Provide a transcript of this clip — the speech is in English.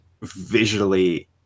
visually